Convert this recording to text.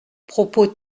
propos